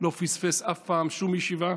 לא פספס אף פעם שום ישיבה,